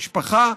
משפחה,